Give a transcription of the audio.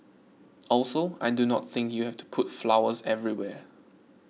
also I do not think you have to put flowers everywhere